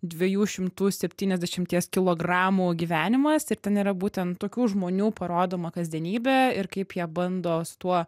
dviejų šimtų septyniasdešimties kilogramų gyvenimas ir ten yra būtent tokių žmonių parodoma kasdienybė ir kaip jie bando su tuo